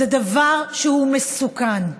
זה דבר שהוא מסוכן.